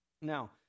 Now